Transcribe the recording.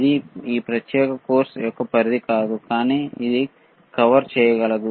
ఇది ఈ ప్రత్యేక కోర్సు యొక్క పరిధి కాదు కానీ అది కవర్ చేయగలదు